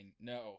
no